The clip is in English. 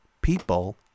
people